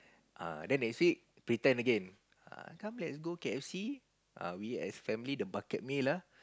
ah then next week pretend again ah come let's go K_F_C ah we as family the bucket meal ah